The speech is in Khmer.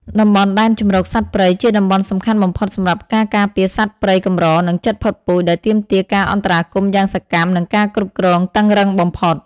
តំបន់ដែនជម្រកសត្វព្រៃជាតំបន់សំខាន់បំផុតសម្រាប់ការការពារសត្វព្រៃកម្រ និងជិតផុតពូជ ដែលទាមទារការអន្តរាគមន៍យ៉ាងសកម្ម និងការគ្រប់គ្រងតឹងរ៉ឹងបំផុត។